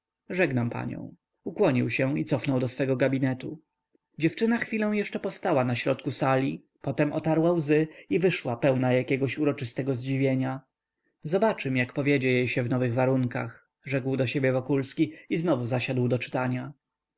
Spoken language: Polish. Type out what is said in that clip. żegnam panią ukłonił się i cofnął do swego gabinetu dziewczyna chwilę jeszcze postała na środku sali potem otarła łzy i wyszła pełna jakiegoś uroczystego zdziwienia zobaczym jak powiedzie się jej w nowych warunkach rzekł do siebie wokulski i znowu zasiadł do czytania